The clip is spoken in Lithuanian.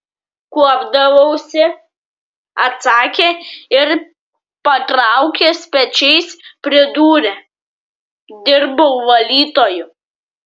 kuopdavausi atsakė ir patraukęs pečiais pridūrė dirbau valytoju